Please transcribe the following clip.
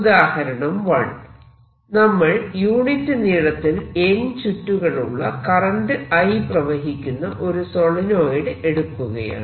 ഉദാഹരണം 1 നമ്മൾ യൂണിറ്റ് നീളത്തിൽ n ചുറ്റുകളുള്ള കറന്റ് I പ്രവഹിക്കുന്ന ഒരു സോളിനോയിഡ് എടുക്കുകയാണ്